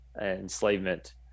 enslavement